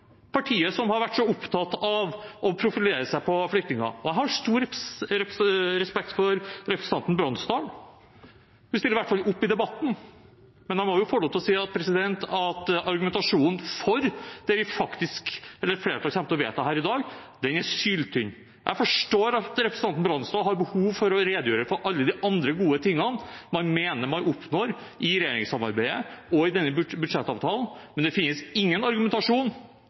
partiet som har vært så opptatt av å profilere seg på flyktninger. Jeg har stor respekt for representanten Bransdal. Hun stiller i hvert fall opp i debatten, men jeg må få lov til å si at argumentasjonen for det som et flertall kommer til å vedta her i dag, er syltynn. Jeg forstår at representanten Bransdal har behov for å redegjøre for alle de andre gode tingene man mener man oppnår i regjeringssamarbeidet og i denne budsjettavtalen, men det gis ingen argumentasjon